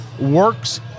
works